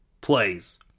plays